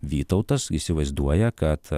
vytautas įsivaizduoja kad